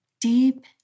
deep